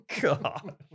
God